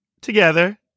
together